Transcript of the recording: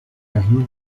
carrinho